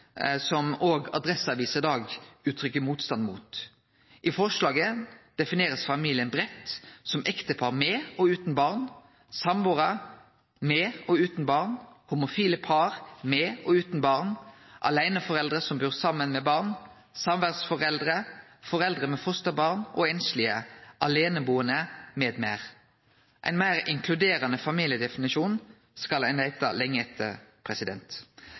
som òg Adresseavisa i dag uttrykkjer motstand mot. I forslaget blir familien definert breitt – som ektepar med og utan barn, sambuarar med og utan barn, homofile par med og utan barn, aleineforelder som bur saman med barn, samværsforeldre, foreldre med fosterbarn, einslege aleinebuande m.m. Ein meir inkluderande familiedefinisjon skal ein leite lenge etter.